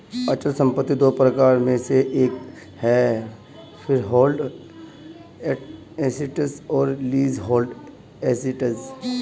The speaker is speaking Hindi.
अचल संपत्ति दो प्रकारों में से एक है फ्रीहोल्ड एसेट्स और लीजहोल्ड एसेट्स